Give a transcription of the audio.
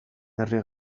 herri